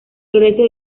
florece